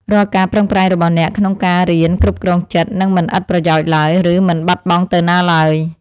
រាល់ការប្រឹងប្រែងរបស់អ្នកក្នុងការរៀនគ្រប់គ្រងចិត្តនឹងមិនឥតប្រយោជន៍ឡើយ ឬ មិនបាត់បង់ទៅណាឡើយ។